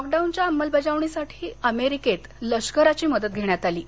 लॉकडाउनच्या अंमलबजावणीसाठी अमेरिकेत लष्कराची मदत घेण्यात आली आहे